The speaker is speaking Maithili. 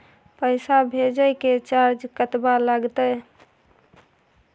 पैसा भेजय के चार्ज कतबा लागते?